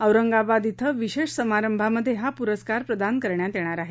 औरंगाबाद ि विशेष समारंभामध्ये हा पुरस्कार प्रदान करण्यात येणार आहे